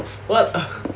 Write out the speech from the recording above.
what ah